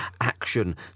action